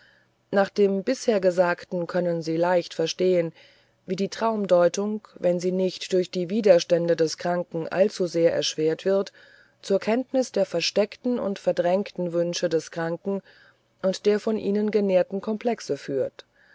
nach dem bisher gesagten können sie leicht verstehen wie die traumdeutung wenn sie nicht durch die widerstände des kranken allzu sehr erschwert wird zur kenntnis der versteckten und verdrängten wünsche des kranken und der von ihnen genährten komplexe führt